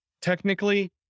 Technically